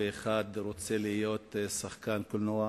ואחד רוצה להיות שחקן קולנוע,